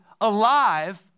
alive